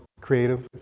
creative